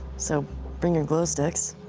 so bring your glow sticks.